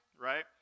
right